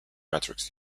matrix